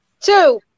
two